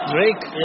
Drake